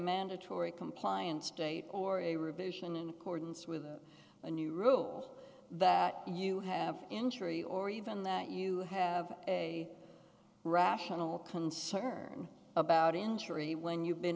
mandatory compliance date or a revision in accordance with the new rules that you have injury or even that you have a rational concern about injury when you've been